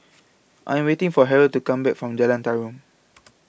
I Am waiting For Harrold to Come Back from Jalan Tarum